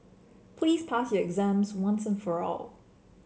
please pass your exams once and for all